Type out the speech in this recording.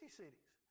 cities